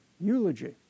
eulogy